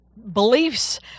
beliefs